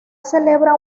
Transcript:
celebra